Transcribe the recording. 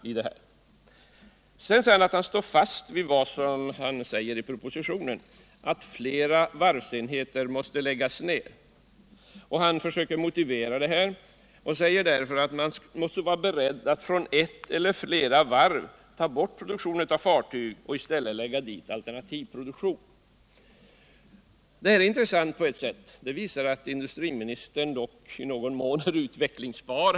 Sedan säger industriministern att han står fast vid vad han säger i propositionen, att flera varvsenheter måste läggas ned. Han försöker motivera detta och säger att man måste vara beredd att från ett eller flera varv ta bort produktionen av fartyg och i stället lägga dit alternativ produktion. Detta är intressant på ett sätt. Det visar att industriministerns tänkande här i någon mån är utvecklingsbart.